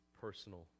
personal